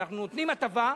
אנחנו נותנים הטבה,